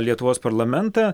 lietuvos parlamentą